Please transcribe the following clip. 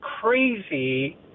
crazy